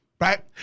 right